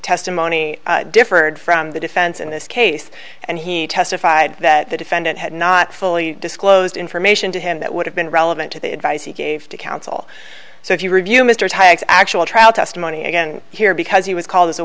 testimony differed from the defense in this case and he testified that the defendant had not fully disclosed information to him that would have been relevant to the advice he gave to counsel so if you review mr tykes actual trial testimony again here because he was call